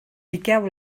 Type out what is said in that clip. piqueu